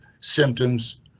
symptoms